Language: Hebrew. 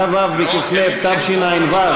כ"ו בכסלו תשע"ו,